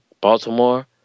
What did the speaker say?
Baltimore